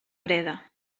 breda